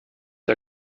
der